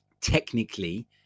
technically